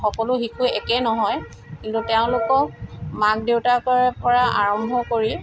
সকলো শিশু একে নহয় কিন্তু তেওঁলোকক মাক দেউতাকৰ পৰা আৰম্ভ কৰি